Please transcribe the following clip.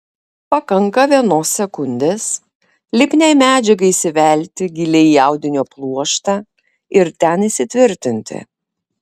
pakanka vienos sekundės lipniai medžiagai įsivelti giliai į audinio pluoštą ir ten įsitvirtinti